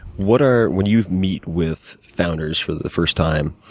what are, when you meet with founders for the first time,